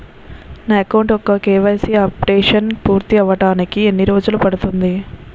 నా అకౌంట్ యెక్క KYC updation పూర్తి అవ్వడానికి ఎన్ని రోజులు పడుతుంది?